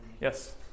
Yes